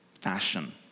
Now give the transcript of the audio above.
fashion